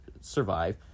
survive –